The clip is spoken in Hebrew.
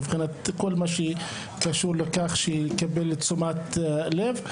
מבחינת כל מה שקשור לכך שיקבל את תשומת הלב.